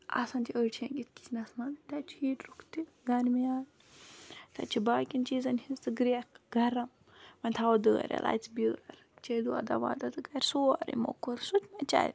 آسان چھِ أڑۍ شینگِتھ کِچنس مَنٛزتَتہِ چھُ ہیٹرُک تہِ گَرمی آسان تَتہِ چھِ باقیَن چیزَن ہِنز تہِ گِرٛیکھ گَرم وۄنۍ تھاوو دٲر یَلہٕ اَژِ بیٲر چیٚیہِ دۄدا وۄدا کَرِ سورُے موٚکُر سُہ تہِ مہ چَلہِ